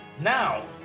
Now